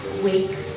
wake